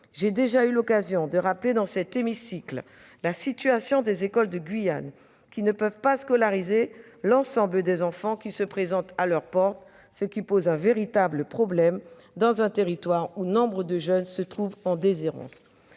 j'ai déjà eu l'occasion de rappeler dans cet hémicycle la situation des écoles de Guyane, qui ne peuvent pas scolariser l'ensemble des enfants se présentant à leurs portes, ce qui pose un véritable problème dans un territoire où nombre de jeunes se trouvent en déshérence.